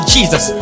Jesus